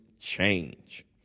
change